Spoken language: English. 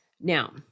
Now